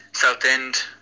Southend